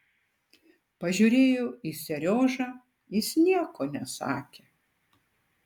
pažiūrėjau į seriožą jis nieko nesakė